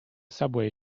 subway